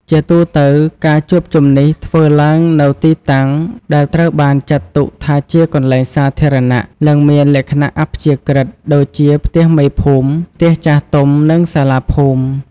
ជាទូទៅ ការជួបជុំនេះធ្វើឡើងនៅទីតាំងដែលត្រូវបានចាត់ទុកថាជាកន្លែងសាធារណៈ និងមានលក្ខណៈអព្យាក្រឹត ដូចជា ផ្ទះមេភូមិ ផ្ទះចាស់ទុំ និងសាលាភូមិ។